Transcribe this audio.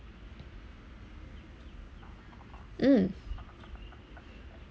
mm